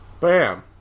Bam